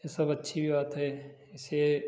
ये सब अच्छी भी बात है इसे